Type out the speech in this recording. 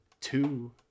two